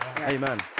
Amen